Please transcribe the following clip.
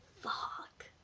Fuck